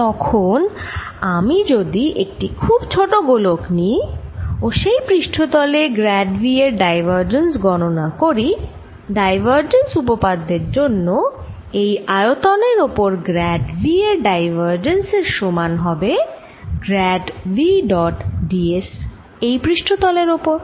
তখন আমি যদি একটি খুব ছোট গোলক নিই ও সেই পৃষ্ঠতলে গ্র্যাড V এর ডাইভারজেন্স গণনা করি ডাইভারজেন্স উপপাদ্যের জন্য এই আয়তনের ওপর গ্র্যাড V এর ডাইভারজেন্স এর সমান হবে grad V dot d s এই পৃষ্ঠতলের ওপর